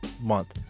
month